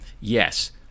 yes